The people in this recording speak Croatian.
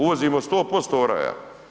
Uvozimo 100% oraja.